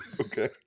Okay